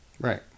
right